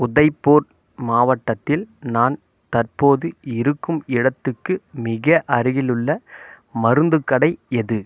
உதய்பூர் மாவட்டத்தில் நான் தற்போது இருக்கும் இடத்துக்கு மிக அருகிலுள்ள மருந்துக் கடை எது